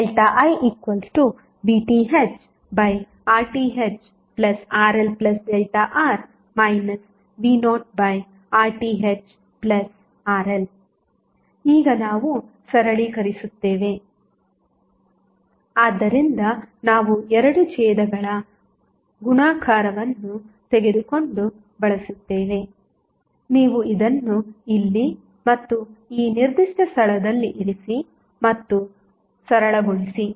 I VThRThRLR V0RThRL ಈಗ ನಾವು ಸರಳೀಕರಿಸುತ್ತೇವೆ ಆದ್ದರಿಂದ ನಾವು ಎರಡೂ ಛೇದಗಳ ಗುಣಾಕಾರವನ್ನು ತೆಗೆದುಕೊಂಡು ಬಳಸುತ್ತೇವೆ ನೀವು ಇದನ್ನು ಇಲ್ಲಿ ಮತ್ತು ಈ ನಿರ್ದಿಷ್ಟ ಸ್ಥಳದಲ್ಲಿ ಇರಿಸಿ ಮತ್ತು ಸರಳಗೊಳಿಸಿ